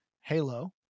Halo